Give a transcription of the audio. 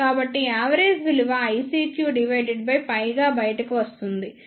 కాబట్టి యావరేజ్ విలువ ICQ π గా బయటకు వస్తుంది